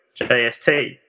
jst